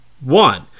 One